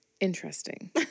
Interesting